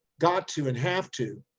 got to and have to,